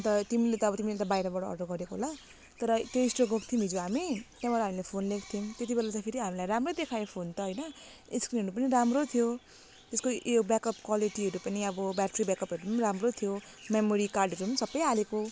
त तिमीले त अब बाहिरबाट अर्डर गरेको होला तर त्यो स्टोर गएको थियौँ हिजो हामी त्यहाँबाट हामीले फोन लिएको थियौँ त्यति बेला फेरि हामीलाई राम्रै देखायो फोन त होइन स्क्रिनहरू पनि राम्रै थियो त्यसको यो ब्याक अप क्वालिटीहरू पनि अब ब्याट्री ब्याकअपहरू पनि राम्रो थियो मेमोरी कार्डहरू पनि सबै हालेको